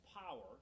power